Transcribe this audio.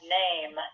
name